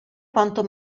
quanto